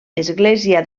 església